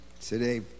today